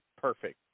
Perfect